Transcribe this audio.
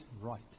Right